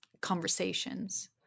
conversations